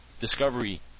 discovery